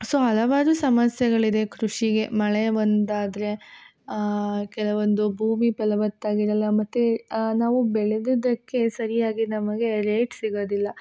so ಹಲವಾರು ಸಮಸ್ಯೆಗಳಿದೆ ಕೃಷಿಗೆ ಮಳೆ ಒಂದಾದರೆ ಕೆಲವೊಂದು ಭೂಮಿ ಫಲವತ್ತಾಗಿರಲ್ಲ ಮತ್ತು ನಾವು ಬೆಳೆದಿದ್ದಕ್ಕೆ ಸರಿಯಾಗಿ ನಮಗೆ ರೇಟ್ ಸಿಗುದಿಲ್ಲ